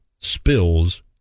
spills